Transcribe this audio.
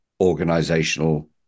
organizational